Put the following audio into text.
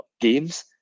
games